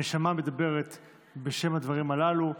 הנשמה מדברת בשם הדברים הללו,